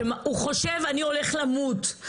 הוא חושב אני הולך למות.